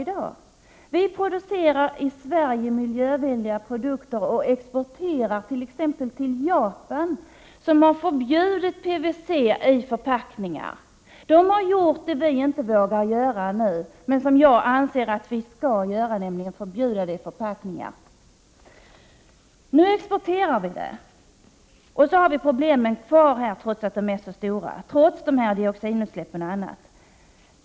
I Sverige producerar vi miljövänliga produkter och exporterar dem till t.ex. Japan, där man förbjudit PVC i förpackningar. I Japan har man genomfört det som vi nu inte vågar, men som jag anser vara nödvändigt, nämligen förbjudit PVC i förpackningar. Nu exporteras ersättningsmaterial medan vi här i Sverige har problemen kvar, trots att de är så stora, trots dioxinutsläppen och annat.